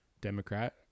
Democrat